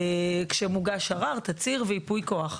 מוגש ערר, תצהיר וייפויי כוח.